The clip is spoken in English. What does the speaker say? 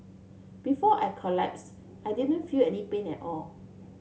before I collapsed I didn't feel any pain at all